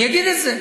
אני אגיד את זה.